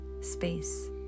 space